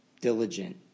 diligent